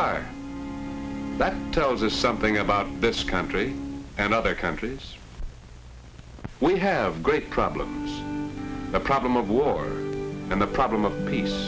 are that tells us something about this country and other countries we have great problems the problem of war and the problem of peace